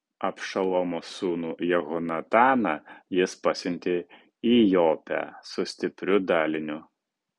abšalomo sūnų jehonataną jis pasiuntė į jopę su stipriu daliniu